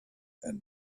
and